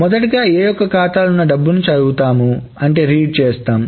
మొదటిగా A యొక్క ఖాతా లో ఉన్న డబ్బును చదువుతాం read